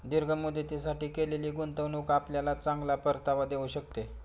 दीर्घ मुदतीसाठी केलेली गुंतवणूक आपल्याला चांगला परतावा देऊ शकते